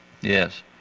Yes